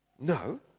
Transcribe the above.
No